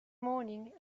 morning